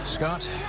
Scott